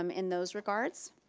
um in those regards,